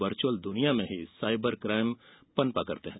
virtual दुनिया में ही साईबर क्राईम पनप रहे है